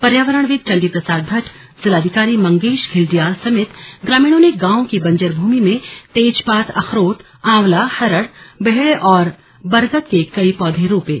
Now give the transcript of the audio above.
पर्यावरणविद चण्डी प्रसाद भट्ट जिलाधिकारी मंगेश घिल्डियाल समेत ग्रामीणों ने गांव की बंजर भूमि में तेजपात अखरोट आवंला हरड़ बहेड़े और बरगद के कई पौधे रोपे